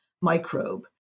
microbe